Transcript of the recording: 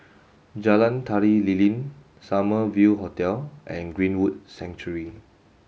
Jalan Tari Lilin Summer View Hotel and Greenwood Sanctuary